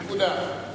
נקודה.